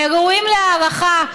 ראויים להערכה,